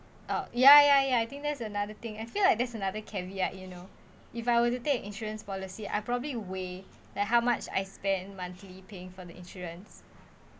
oh ya ya ya I think that's another thing I feel like there's another caveat you know if I were to take insurance policy I probably weigh like how much I spend monthly paying for the insurance